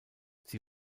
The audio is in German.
sie